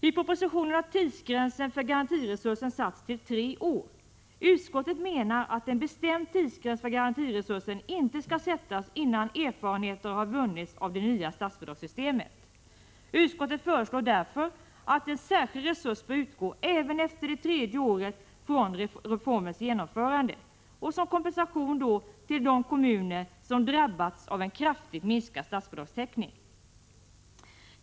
I propositionen har tidsgränsen för garantiresursen satts till tre år. Utskottet menar att en bestämd tidsgräns för garantiresursen inte skall sättas innan erfarenheter har vunnits av det nya statsbidragssystemet. Utskottet föreslår därför att en särskild resurs utgår även efter det tredje året från reformens genomförande, som kompensation till de kommuner som drabbats av en kraftigt minskad statsbidragstäckning.